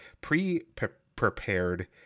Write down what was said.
Pre-Prepared